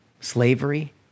slavery